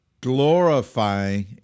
glorifying